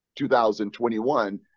2021